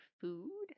food